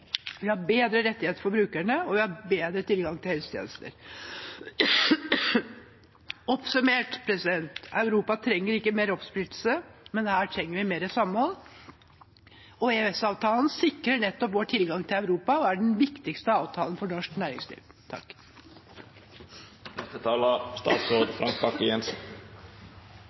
Vi har bedre rettigheter for forbrukerne, og vi har bedre tilgang til helsehjelp. Oppsummert: Europa trenger ikke mer oppsplittelse, men mer samhold. EØS-avtalen sikrer nettopp vår tilgang til Europa og er den viktigste avtalen for norsk næringsliv.